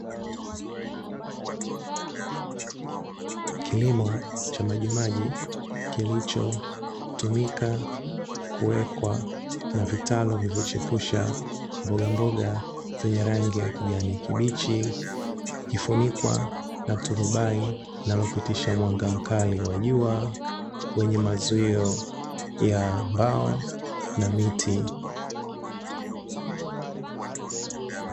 Kilimo cha majimaji kilichotumika kuwekwa na vitalu vilivyo chipusha mbogamboga zenye rangi ya kijani kibichi, zikifunikwa na turubai linalopitisha mwanga mkali wa jua wenye mazuio ya mbao na miti.